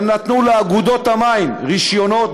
הם נתנו לאגודות המים רישיונות,